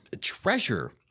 treasure